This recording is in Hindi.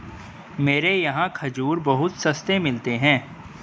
मेरे यहाँ खजूर बहुत सस्ते मिलते हैं